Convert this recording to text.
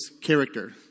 character